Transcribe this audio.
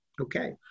Okay